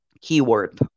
keyword